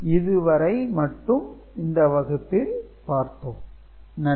இதுவரை மட்டும் இந்த வகுப்பில் பார்த்தோம் நன்றி